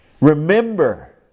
remember